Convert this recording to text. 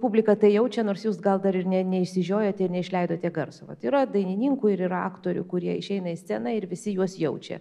publika tai jaučia nors jūs gal dar ir ne neišsižiojot ir neišleidote garso tai yra dainininkų ir yra aktorių kurie išeina į sceną ir visi juos jaučia